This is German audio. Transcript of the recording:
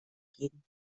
gehen